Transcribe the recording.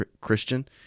Christian